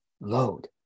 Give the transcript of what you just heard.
load